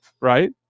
right